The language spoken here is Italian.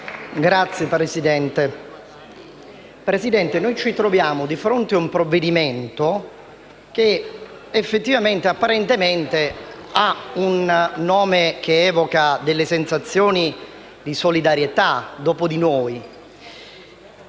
Presidente, ci troviamo di fronte un provvedimento che apparentemente ha un nome che evoca delle sensazioni di solidarietà («Dopo di noi»).